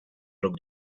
друг